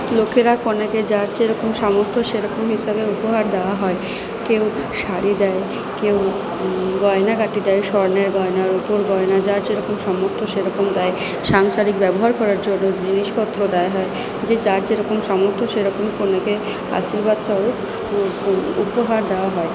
লোকেরা কনেকে যার যেরকম সামর্থ্য সেরকম হিসাবে উপহার দেওয়া হয় কেউ শাড়ি দেয় কেউ গয়নাগাটি দেয় স্বর্ণের গয়না রুপোর গয়না যার যেরকম সামর্থ্য সেরকম দেয় সাংসারিক ব্যবহার করার জন্য জিনিসপত্র দেওয়া হয় যে যার যেরকম সামর্থ্য সেরকম কনেকে আশীর্বাদ সমেত উপহার দেওয়া হয়